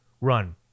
run